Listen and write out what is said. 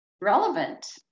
relevant